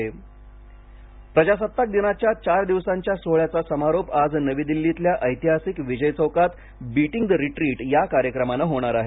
beating the retreat प्रजासत्ताक दिनाच्या चार दिवसांच्या सोहळ्याचा समारोप आज नवी दिल्लीतल्या ऐतिहासिक विजय चौकात बीटिंग द रिट्रीट या कार्यक्रमानं होणार आहे